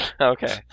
Okay